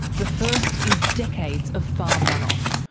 the first is decades of farm runoff,